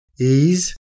ease